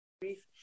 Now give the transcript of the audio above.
brief